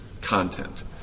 content